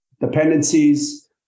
dependencies